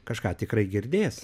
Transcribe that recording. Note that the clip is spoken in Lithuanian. kažką tikrai girdės